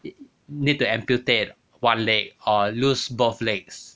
ne~ need to amputate one leg or lose both legs